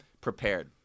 prepared